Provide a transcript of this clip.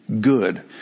good